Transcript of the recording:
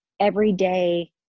everyday